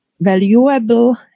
valuable